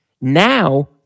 Now